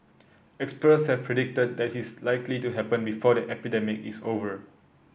experts have predicted that this is likely to happen before the epidemic is over